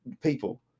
people